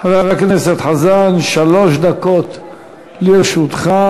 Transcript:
חבר הכנסת חזן, שלוש דקות לרשותך.